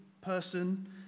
person